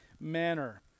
manner